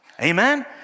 Amen